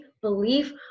belief